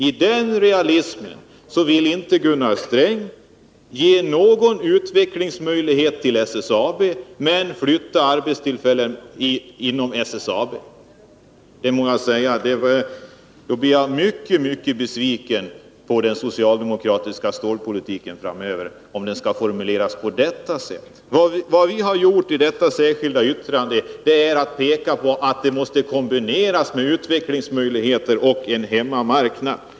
I det läget vill Gunnar Sträng inte ge SSAB någon utvecklingsmöjlighet utan vill flytta arbetstillfällen inom SSAB. — Det är Gunnar Strängs realism. Jag blir mycket besviken på den socialdemokratiska stålpolitiken om den skall utformas på det sättet framöver. Vi har i vårt särskilda yrkande pekat på att åtgärderna måste kombineras med utvecklingsmöjligheter och en hemmamarknad.